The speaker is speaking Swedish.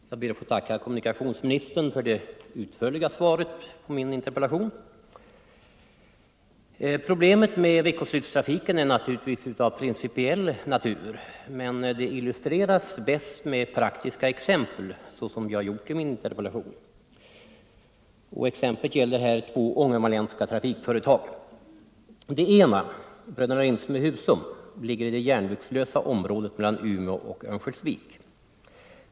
Herr talman! Jag ber att få tacka. kommunikationsministern för det utförliga svaret på min interpellation. Problemet med veckoslutstrafiken är naturligtvis av principiell natur, men det illustreras bäst med praktiska exempel, så som jag gjort i min interpellation. Mitt exempel gäller två ångermanländska trafikföretag. Det ena, Bröderna Lindström i Husum, ligger i det järnvägslösa området mellan Umeå och Örnsköldsvik.